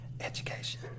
education